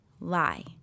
lie